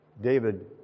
David